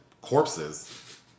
corpses